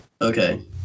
Okay